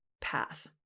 path